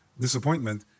disappointment